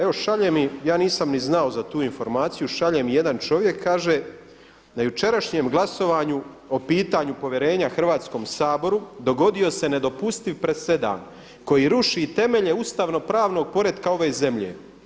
Evo šalje mi, ja nisam znao za tu informaciju, šalje mi jedan čovjek, kaže, na jučerašnjem glasovanju o pitanju povjerenja Hrvatskom saboru dogodio se nedopustiv presedan koji ruši temelje ustavnopravnog poretka ove zemlje.